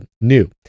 new